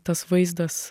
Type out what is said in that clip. tas vaizdas